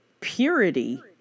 purity